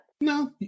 No